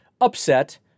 upset